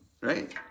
right